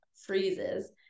freezes